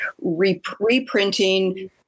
reprinting